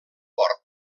port